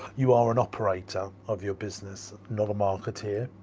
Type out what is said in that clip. you are an operator of your business, not a marketeer.